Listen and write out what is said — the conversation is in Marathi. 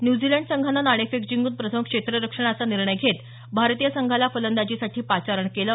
न्यूझीलंड संघानं नाणेफेक जिंकून प्रथम क्षेत्ररक्षणाचा निर्णय घेत भारतीय संघाला फलंदाजीसाठी पाचारण केलं